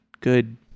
good